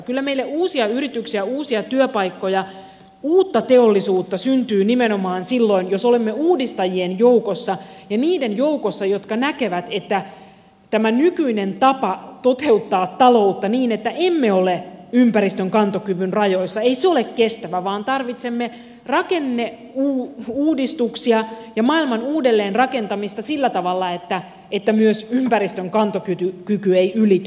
kyllä meille uusia yrityksiä uusia työpaikkoja uutta teollisuutta syntyy nimenomaan silloin jos olemme uudistajien joukossa ja niiden joukossa jotka näkevät että tämä nykyinen tapa toteuttaa taloutta niin että emme ole ympäristön kantokyvyn rajoissa ei ole kestävä vaan tarvitsemme rakenneuudistuksia ja maailman uudelleenrakentamista sillä tavalla että myöskään ympäristön kantokyky ei ylity